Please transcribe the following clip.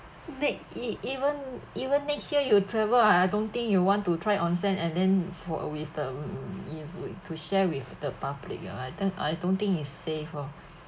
next e~ even even next year you travel ah I don't think you want to try onsen and then for uh with um it with to share with the public uh I don't I don't think is safe oh